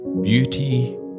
beauty